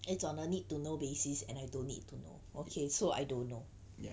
it's on a need to know basis and I don't need to know okay so I don't know